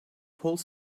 whole